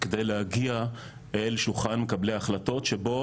כדי להגיע אל שולחן מקבלי ההחלטות שבו